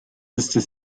sister